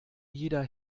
jeder